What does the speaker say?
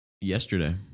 Yesterday